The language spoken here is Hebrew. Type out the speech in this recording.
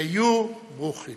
היו ברוכים.